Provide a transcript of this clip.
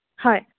হয়